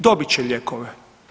Dobit će lijekove.